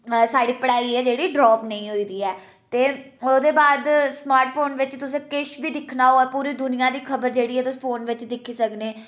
स्हाड़ी पढ़ाई ऐ जेहड़ी ड्राप नेईं होई दी ऐ ते ओह्दे बाद स्मार्टफोन बिच्च तुसें किश बी दिक्खना होऐ पूरी दुनिया दी खबर जेह्ड़ी ऐ तुस फोन बिच्च दिक्खी सकने